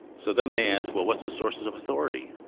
so then they ask, well, what's the sources of authority?